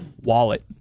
wallet